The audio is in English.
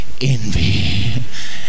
Envy